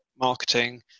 marketing